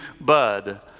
bud